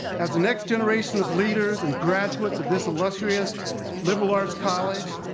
as the next generation of leaders and graduates of this illustrious liberal arts college,